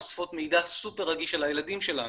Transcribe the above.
אוספות מידע סופר רגיש על הילדים שלנו,